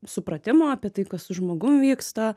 supratimo apie tai kas su žmogum vyksta